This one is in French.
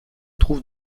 trouve